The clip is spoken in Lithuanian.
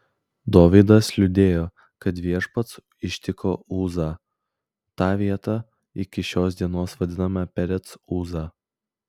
dovydas liūdėjo kad viešpats ištiko uzą ta vieta iki šios dienos vadinama perec uza